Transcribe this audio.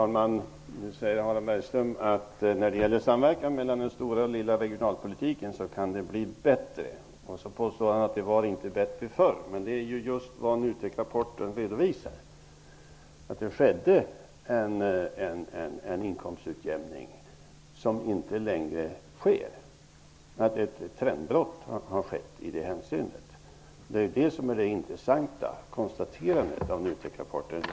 Herr talman! Harald Bergström säger att det när det gäller samverkan mellan den stora och den lilla regionalpolitiken kan bli bättre. Vidare påstår han att det inte var bättre förr. Men det är just det som NUTEK-rapporten redovisar. Det skedde alltså en inkomstutjämning, något som inte längre sker. Det har således skett ett trendbrott i det hänseendet. Det är ju det som är det intressanta konstaterandet i NUTEK-rapporten.